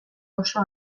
oso